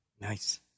nice